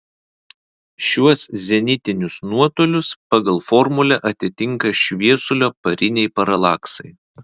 šiuos zenitinius nuotolius pagal formulę atitinka šviesulio pariniai paralaksai